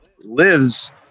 lives